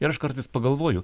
ir aš kartais pagalvoju